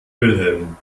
wilhelm